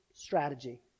Strategy